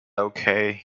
okay